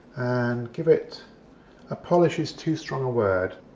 and give it a. polish is too strong a word